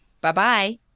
Bye-bye